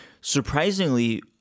surprisingly